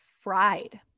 fried